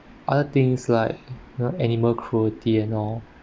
other things like the animal cruelty and all